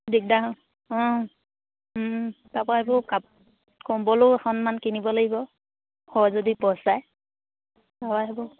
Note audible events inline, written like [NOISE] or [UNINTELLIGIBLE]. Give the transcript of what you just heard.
দিগদাৰ হয় তাৰ পা কম্বলো এখনমান কিনিব লাগিব হয় যদি পইচায়ে [UNINTELLIGIBLE]